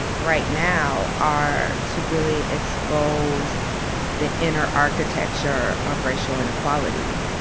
right now are to really expose the inner architecture of racial inequality.